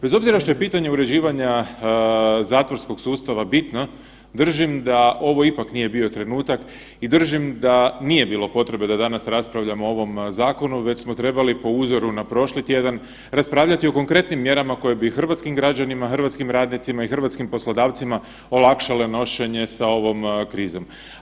Bez obzira što je pitanje uređivanja zatvorskog sustava bitno, držim da ovo ipak nije bio trenutak i držim da nije bilo potrebe da danas raspravljamo o ovom zakonu, već smo trebali po uzoru na prošli tjedan, raspravljati o konkretnim mjerama koje bi hrvatskim građanima, hrvatskim radnicima i hrvatskim poslodavcima olakšale nošenje sa ovom krizom.